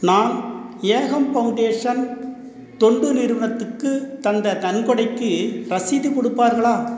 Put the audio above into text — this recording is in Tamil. நான் ஏகம் ஃபவுண்டேஷன் தொண்டு நிறுவனத்துக்கு தந்த நன்கொடைக்கு ரசீது கொடுப்பார்களா